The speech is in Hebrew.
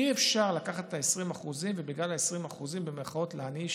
אי-אפשר לקחת את ה-20%, ובגלל ה-20% "להעניש"